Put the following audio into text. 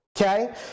okay